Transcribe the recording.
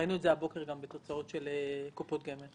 ראינו את זה הבוקר גם בתוצאות של קופות גמל.